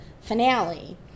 finale